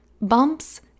bumps